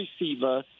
receiver